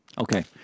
Okay